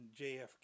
JFK